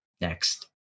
next